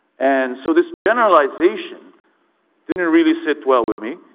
and so this generalization didn't really sit well with me.